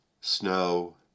snow